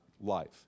life